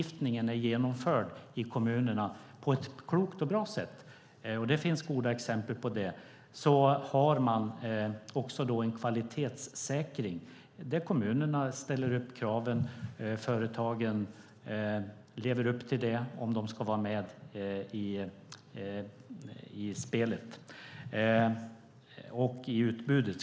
Där LOV är genomförd i kommunerna på ett klokt och bra sätt - det finns goda exempel på det - har man också en kvalitetssäkring där kommunerna ställer upp kraven och företagen lever upp till dem om de ska vara med i spelet och i utbudet.